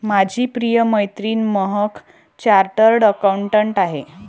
माझी प्रिय मैत्रीण महक चार्टर्ड अकाउंटंट आहे